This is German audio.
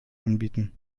anbieten